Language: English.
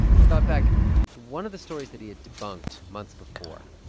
he thought back to one of the stories that he had debunked months before.